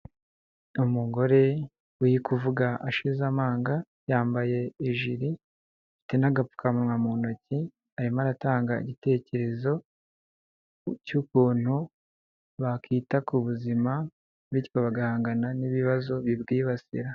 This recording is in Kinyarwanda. Umugore uri kuvuga ashize amanga yambaye ijiri afite n'agapfukamwa mu ntoki arimo aratanga igitekerezo cy'ukuntu bakwita ku buzima bityo bagahangana n'ibibazo bibwibasira.